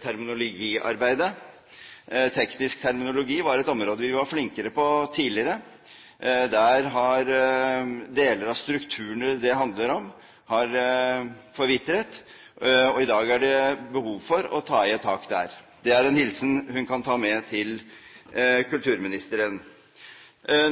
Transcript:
terminologiarbeidet. Teknisk terminologi var et område vi var flinkere på tidligere. Der har deler av strukturene det handler om, forvitret, og i dag er det behov for å ta i et tak der. Det er en hilsen hun kan ta med til kulturministeren.